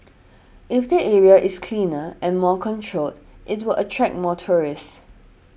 if the area is cleaner and more controlled it will attract more tourists